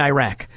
Iraq